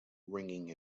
ringing